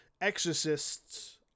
exorcists